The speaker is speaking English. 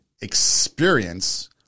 experience